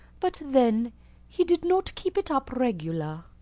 but then he did not keep it up regular.